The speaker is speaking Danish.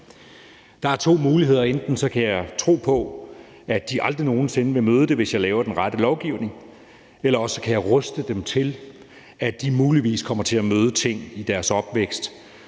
Der er to muligheder: Enten kan jeg tro på, at de aldrig nogen sinde vil møde det, hvis jeg laver den rette lovgivning, eller også kan jeg ruste dem til, at de muligvis kommer til at møde ting i deres opvækst,